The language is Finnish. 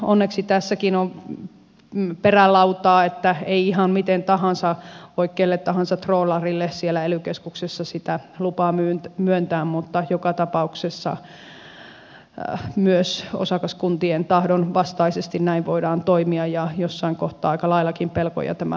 onneksi tässäkin on perälautaa että ei ihan miten tahansa voi kelle tahansa troolarille ely keskuksessa sitä lupaa myöntää mutta joka tapauksessa myös osakaskuntien tahdon vastaisesti näin voidaan toimia ja jossain kohtaa aika laillakin pelkoja tämä asia herättää